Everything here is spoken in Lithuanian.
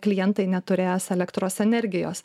klientai neturės elektros energijos